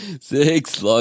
Six